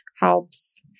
helps